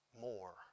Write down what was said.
more